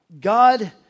God